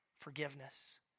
forgiveness